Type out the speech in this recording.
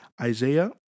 isaiah